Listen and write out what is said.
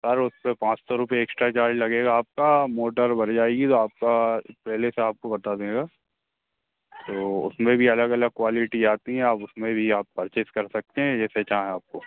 sir उस पर पाँच सौ रुपये एक्स्ट्रा चार्ज लगेगा आपका मोटर भर जाएगी तो आपका पहले से आपको बता देगा तो उसमें भी अलग अलग क्वालिटी आती है आप उसमें भी आप परचेस कर सकते हैं जैसे चाहें आपको